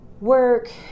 work